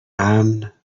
امن